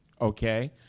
Okay